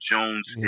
Jones